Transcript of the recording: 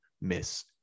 miss